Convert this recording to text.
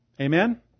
Amen